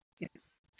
Yes